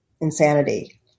insanity